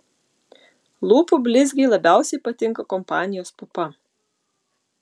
lūpų blizgiai labiausiai patinka kompanijos pupa